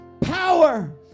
power